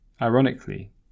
Ironically